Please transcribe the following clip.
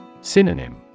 Synonym